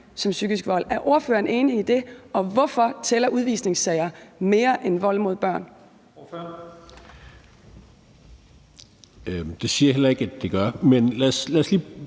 som psykisk vold. Er ordføreren enig i det? Og hvorfor tæller udvisningssager mere end vold mod børn? Kl. 10:44 Første næstformand (Leif